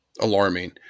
alarming